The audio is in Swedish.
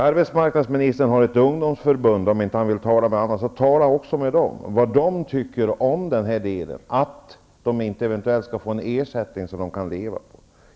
Arbetsmarknadsministern kan tala med sitt ungdomsförbund och fråga vad ungdomarna där tycker om detta att de eventuellt inte skall få en ersättning som de kan leva på.